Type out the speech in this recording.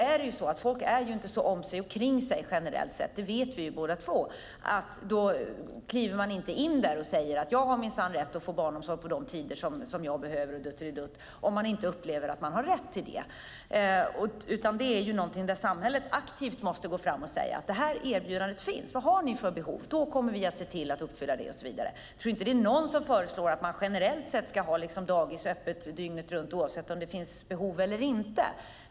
Vi vet båda två att folk i allmänhet inte är så om sig och kring sig, och därför kliver man inte in på förskolan och säger att man har rätt till barnomsorg på de tider man behöver om man inte upplever sig ha rätt till det. Samhället måste aktivt tala om att detta erbjudande finns, fråga vilka behov föräldrarna har och sedan möta dem. Jag tror inte att någon föreslår att dagis ska vara öppet dygnet runt oavsett om det finns behov eller inte.